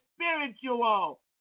spiritual